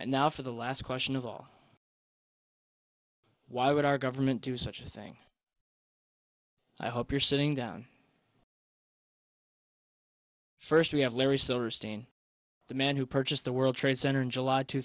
and now for the last question of all why would our government do such a thing i hope you're sitting down first we have larry silverstein the man who purchased the world trade center in july two